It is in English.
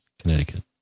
Connecticut